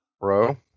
Bro